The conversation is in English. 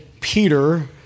Peter